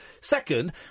Second